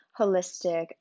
holistic